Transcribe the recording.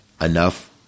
enough